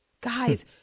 guys